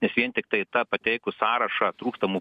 nes vien tiktai tą pateikus sąrašą trūkstamų